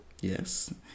Yes